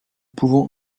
pouvons